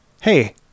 hey